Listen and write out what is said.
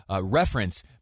reference